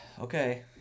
Okay